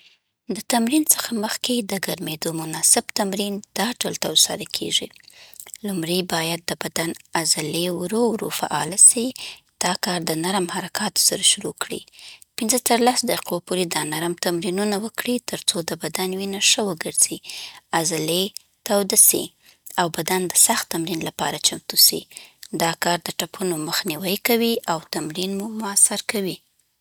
د تمرین څخه مخکې د ګرمېدو مناسب تمرین دا ډول ترسره کېږي: لومړی باید د بدن عضلې ورو ورو فعاله سي. دا کار د نرم حرکاتو سره شروع کړئ. پنځو تر لسو دقیقو پورې دا نرم تمرینونه وکړئ ترڅو د بدن وینه ښه وګرځي، عضلې تاوده سي، او بدن د سخت تمرین لپاره چمتو سي. دا کار د ټپونو مخنیوی کوي او تمرین مو مؤثر کوي.